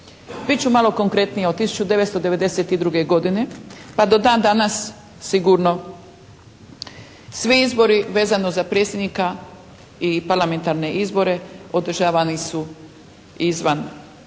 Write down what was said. Bit ću malo konkretnija. Od 1992. godine pa do dan danas sigurno svi izbori vezano za predsjednika i parlamentarne izbore održavani su izvan